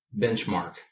benchmark